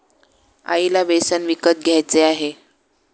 आईला बेसन विकत घ्यायचे आहे